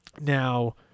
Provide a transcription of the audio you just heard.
Now